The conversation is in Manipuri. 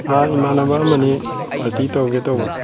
ꯑꯥ ꯏꯃꯥꯟꯅꯕ ꯑꯃ ꯑꯅꯤ ꯄꯥꯔꯇꯤ ꯇꯧꯒꯦ ꯇꯧꯕ